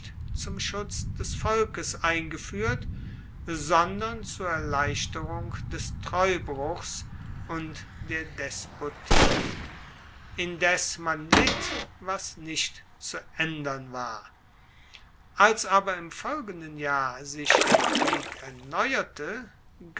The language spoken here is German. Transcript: zum schutz des volkes eingefuehrt sondern zur erleichterung des treubruchs und der despotie indes man litt was nicht zu aendern war als aber im folgenden jahr sich der krieg erneuerte